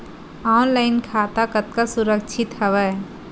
Online खाता कतका सुरक्षित हवय?